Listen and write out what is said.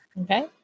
Okay